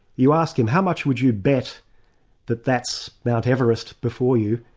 you ask him, how much would you bet that that's mount everest before you?